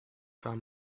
found